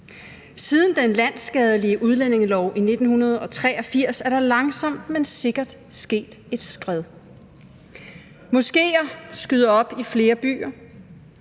Siden den landsskadelige udlændingelov i 1983 er der langsomt, men sikkert sket et skred. Moskéer skyder op i flere byer,